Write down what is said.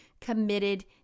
committed